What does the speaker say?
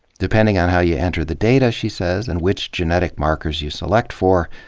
depending on how you enter the data, she says, and which genetic markers you select for,